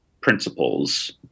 principles